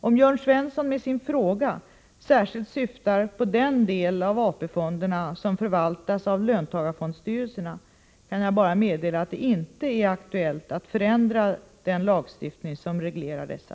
Om Jörn Svensson med sin fråga särskilt syftar på den del av AP-fonderna som förvaltas av löntagarfondsstyrelserna kan jag bara meddela att det inte är aktuellt att förändra den lagstiftning som reglerar dessa.